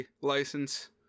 license